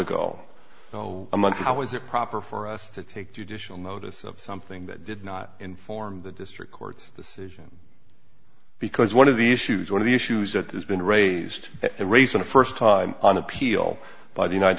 ago no a month how is it proper for us to take judicial notice of something that did not inform the district court's decision because one of the issues one of the issues that has been raised raised in the first time on appeal by the united